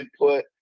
input